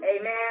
Amen